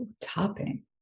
Topping